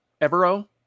Evero